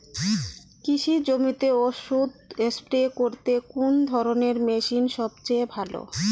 কৃষি জমিতে ওষুধ স্প্রে করতে কোন ধরণের মেশিন সবচেয়ে ভালো?